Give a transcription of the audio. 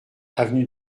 avenue